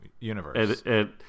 universe